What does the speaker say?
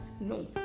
No